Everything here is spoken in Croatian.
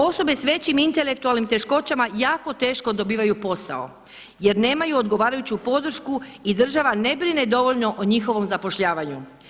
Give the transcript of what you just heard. Osobe s većim intelektualnim teškoćama jako teško dobivaju posao jer nemaju odgovarajući podršku i država ne brine dovoljno o njihovom zapošljavanju.